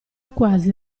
quasi